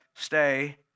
Stay